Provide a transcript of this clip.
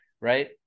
right